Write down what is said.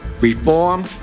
reform